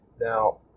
Now